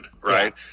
right